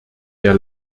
der